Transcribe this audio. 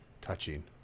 touching